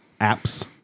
apps